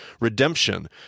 redemption